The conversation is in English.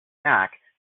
snack